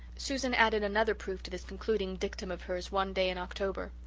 susan added another proof to this concluding dictum of hers one day in october.